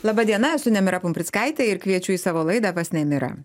laba diena esu nemira pumprickaitė ir kviečiu į savo laidą pas nemirą